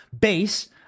base